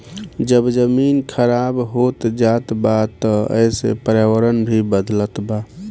जब जमीन खराब होत जात बा त एसे पर्यावरण भी बदलत बा